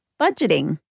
budgeting